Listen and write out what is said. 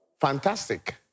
fantastic